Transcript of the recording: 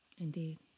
Indeed